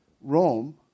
Rome